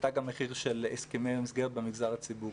תג המחיר של הסכמי המסגרת במגזר הציבורי.